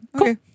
okay